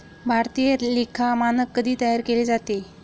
भारतीय लेखा मानक कधी तयार केले जाते?